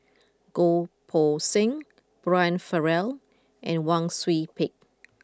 Goh Poh Seng Brian Farrell and Wang Sui Pick